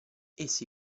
essi